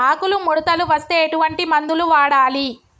ఆకులు ముడతలు వస్తే ఎటువంటి మందులు వాడాలి?